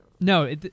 no